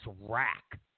rack